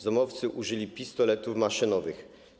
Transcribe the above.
Zomowcy użyli pistoletów maszynowych.